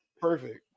Perfect